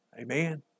Amen